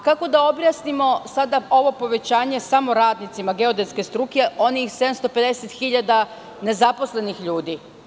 Kako da objasnimo sada ovo povećanje samo radnicima geodetske struke, onim 750 hiljada nezaposlenih ljudi.